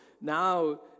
now